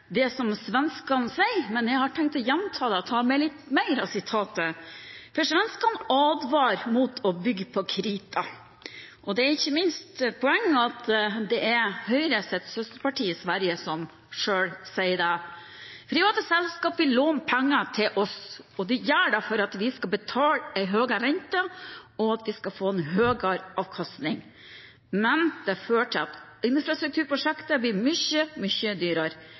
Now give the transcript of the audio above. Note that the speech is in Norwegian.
det som svenskene sier, men jeg har tenkt å gjenta det og ta med litt mer av det som ble sagt. For svenskene advarer mot å bygge på krita, og det er ikke minst et poeng at det er Høyres søsterparti i Sverige ved Anders Borg som selv sier dette: Private selskaper vil låne ut penger til oss. De gjør det for at vi skal betale en høyere rente, og for at de skal få en høyere avkastning. Men det fører til at infrastrukturprosjekter blir mye, mye dyrere.